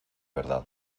verdad